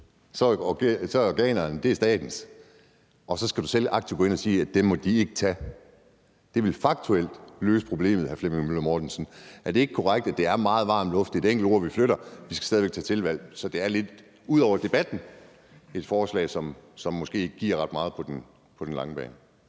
er organerne statens, og så skal du selv aktivt gå ind og sige, at det må I ikke tage. Det ville faktuelt løse problemet, hr. Flemming Møller Mortensen. Er det ikke korrekt, at det er meget varm luft? Det er et enkelt ord, vi flytter – vi skal stadig lave tilvalg. Så ud over debatten er det lidt et forslag, som måske ikke giver ret meget på den lange bane.